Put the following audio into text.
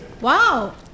Wow